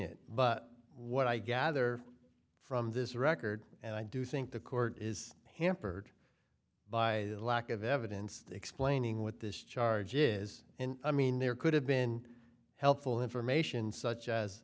it but what i gather from this record and i do think the court is hampered by the lack of evidence explaining what this charge is i mean there could have been helpful information such as